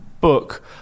book